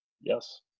Yes